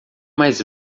mais